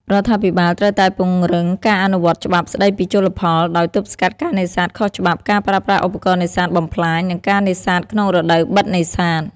រដ្ឋាភិបាលត្រូវតែពង្រឹងការអនុវត្តច្បាប់ស្ដីពីជលផល ដោយទប់ស្កាត់ការនេសាទខុសច្បាប់ ការប្រើប្រាស់ឧបករណ៍នេសាទបំផ្លាញ និងការនេសាទក្នុងរដូវបិទនេសាទ។